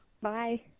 bye